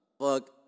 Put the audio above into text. Fuck